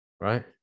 Right